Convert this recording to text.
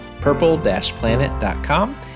purple-planet.com